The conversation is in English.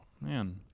Man